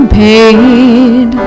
paid